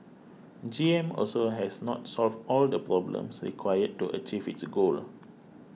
G M also has not solved all the problems required to achieve its goal